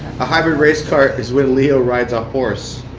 a hybrid race car is when leo rides a horse.